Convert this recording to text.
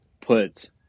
put